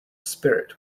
spirit